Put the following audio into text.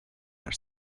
are